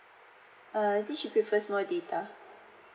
uh I think she prefers more data